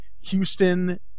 Houston